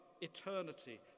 eternity